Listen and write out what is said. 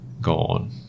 gone